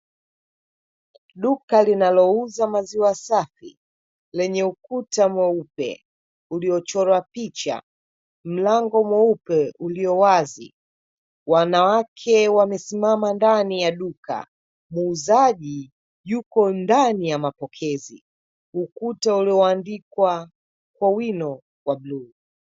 Duka linalouza maziwa safi lenye ukuta mweupe uliochorwa picha, mlango mweupe ulio wazi. Wanawake wamesimama ndani ya duka. Muuzaji yuko ndani ya mapokezi. Ukuta ulioandikwa kwa wino wa bluu.